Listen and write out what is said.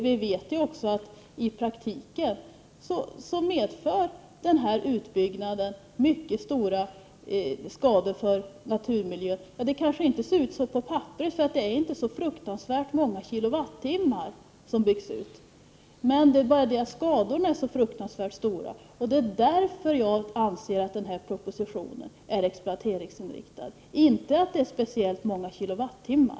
Vi vet också att denna utbyggnad i praktiken medför mycket stora skador för naturmiljön. Men det kanske inte ser ut så på papperet, eftersom utbyggnaden inte innebär så fruktansvärt många kilowattimmar. Men skadorna är fruktansvärt stora, och det är därför som jag anser att propositionen är exploateringsinriktad, inte därför att det gäller speciellt många kilowattimmar.